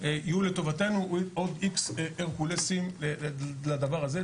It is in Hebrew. יהיו לטובתנו עוד X הרקולסים לדבר הזה,